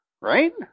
Right